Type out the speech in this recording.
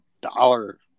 dollar